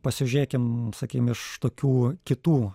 pasižiūrėkim sakykim iš tokių kitų